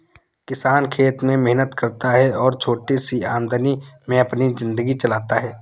किसान खेत में मेहनत करता है और छोटी सी आमदनी में अपनी जिंदगी चलाता है